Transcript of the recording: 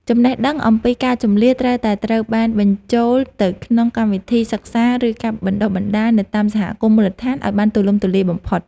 ចំណេះដឹងអំពីការជម្លៀសត្រូវតែត្រូវបានបញ្ចូលទៅក្នុងកម្មវិធីសិក្សា ឬការបណ្តុះបណ្តាលនៅតាមសហគមន៍មូលដ្ឋានឱ្យបានទូលំទូលាយបំផុត។